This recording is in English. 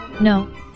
No